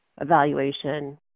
evaluation